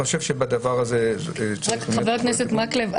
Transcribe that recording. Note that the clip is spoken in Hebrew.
חבר הכנסת מקלב,